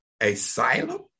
asylum